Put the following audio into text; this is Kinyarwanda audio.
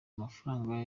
amafaranga